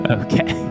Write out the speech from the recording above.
okay